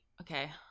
Okay